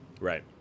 Right